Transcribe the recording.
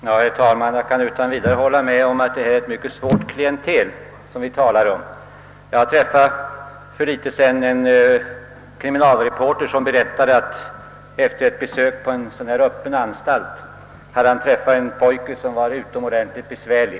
Herr talman! Jag kan utan vidare hålla med om att det är ett mycket svårt klientel vi talar om. Jag träffade för någon tid sedan en kriminalreporter som berättade att han vid besök på en sådan här öppen anstalt hade iakttagit en pojke som var utomordentligt besvärlig.